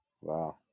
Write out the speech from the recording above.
Wow